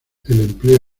empleo